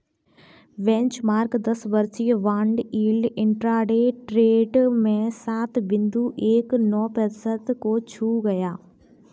benchmark दस वर्षीय bond yield intraday trade में सात बिंदु एक नौ प्रतिशत को छू गया